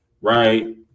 Right